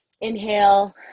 inhale